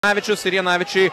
avičius ir janavičiui